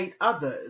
others